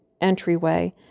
entryway